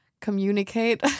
communicate